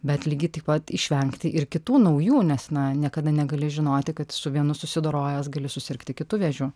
bet lygiai taip pat išvengti ir kitų naujų nes na niekada negali žinoti kad su vienu susidorojęs gali susirgti kitu vėžiu